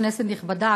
כנסת נכבדה,